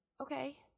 okay